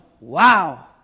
Wow